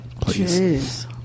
please